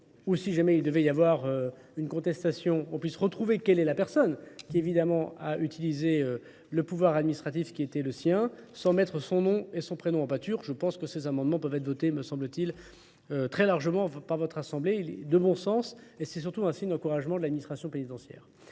ou si jamais il devait y avoir une contestation, on puisse retrouver quelle est la personne qui, évidemment, a utilisé le pouvoir administratif qui était le sien sans mettre son nom et son prénom en pâture. Je pense que ces amendements peuvent être votés, me semble-t-il, très largement par votre assemblée, de bon sens, et c'est surtout un signe d'encouragement de l'administration pénitentiaire.